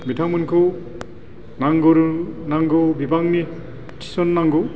बिथांमोनखौ नांगौ बिबांनि थिसननांगौ